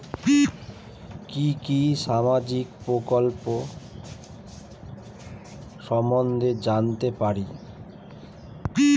কি কি সামাজিক প্রকল্প সম্বন্ধে জানাতে পারি?